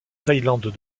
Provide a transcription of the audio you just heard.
thaïlande